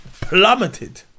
plummeted